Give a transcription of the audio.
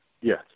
yes